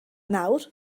nawr